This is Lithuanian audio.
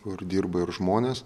kur dirba ir žmonės